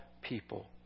people